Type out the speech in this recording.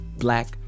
Black